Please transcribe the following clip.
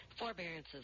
Forbearances